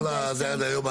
כל הדיונים עד היום.